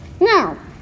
Now